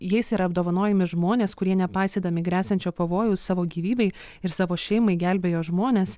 jais yra apdovanojami žmonės kurie nepaisydami gresiančio pavojaus savo gyvybei ir savo šeimai gelbėjo žmones